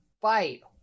fight